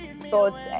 thoughts